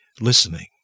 listening